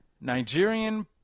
Nigerian